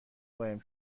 قایم